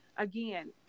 Again